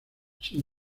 sin